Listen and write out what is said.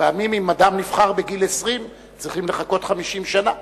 פעמים אם אדם נבחר בגיל 20, צריכים לחכות 50 שנה.